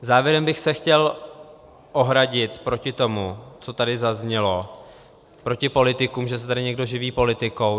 Závěrem bych se chtěl ohradit proti tomu, co tady zaznělo proti politikům, že se tady někdo živí politikou.